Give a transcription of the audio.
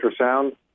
ultrasound